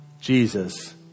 Jesus